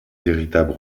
véritable